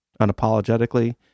unapologetically